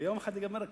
ויום אחד ייגמר הקורס,